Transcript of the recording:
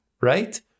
right